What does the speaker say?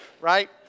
Right